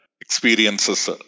Experiences